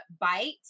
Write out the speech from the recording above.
bite